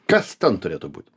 kas ten turėtų būti